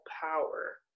power